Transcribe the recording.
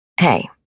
hey